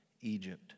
Egypt